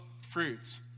fruits